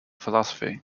philosophy